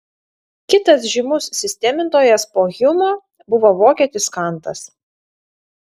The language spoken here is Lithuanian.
kitas žymus sistemintojas po hjumo buvo vokietis kantas